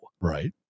Right